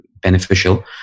beneficial